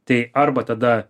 tai arba tada